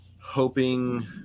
hoping